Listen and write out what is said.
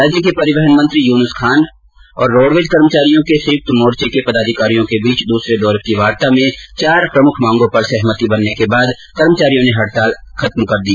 राज्य के परिवहन मंत्री यूनुस खान तथा रोडवेज कर्मचारियों के संयुक्त मोर्चे के पदाधिकारियों के बीच दूसरे दौर की वार्ता में प्रमुख चार मांगों पर सहमति बनने के बाद कर्मचारियों ने हड़ताल खत्म कर दी